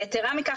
יתרה מכך,